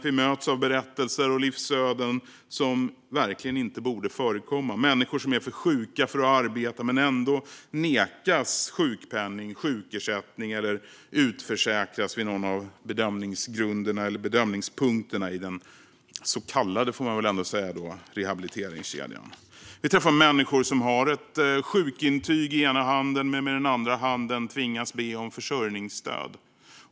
Vi möts av berättelser och livsöden som verkligen inte borde förekomma. Människor är för sjuka för att arbeta men nekas ändå sjukpenning eller sjukersättning eller utförsäkras vid någon av bedömningspunkterna i den så kallade - som man väl ändå får säga - rehabiliteringskedjan. Vi träffar människor som har ett sjukintyg i ena handen men med den andra handen tvingas be om försörjningsstöd.